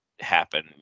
happen